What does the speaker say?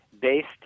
based